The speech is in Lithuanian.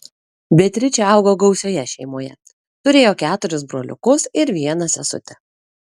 beatričė augo gausioje šeimoje turėjo keturis broliukus ir vieną sesutę